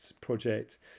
project